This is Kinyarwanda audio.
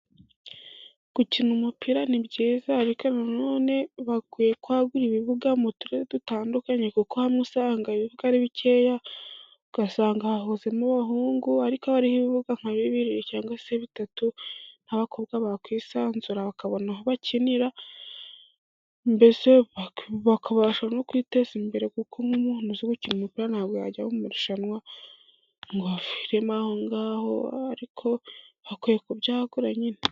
Gukina umupira ni byiza ariko na none bakwiye kwagura ibibuga mu turere dutandukanye, kuko hano usanga ibi ari bikeya, ugasanga hahuze n' abahungu, ariko hariho ibibuga nka bibiri cyangwa se bitatu abakobwa bakwisanzura bakabona aho bakinira, mbese bakabasha no kwiteza imbere, kuko nk'umukinyi uzi gukina umupira ntabwo yajya mu irushanwa, ngohere arema aho ngaho ariko bakwiye kujya bahagura.